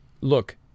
look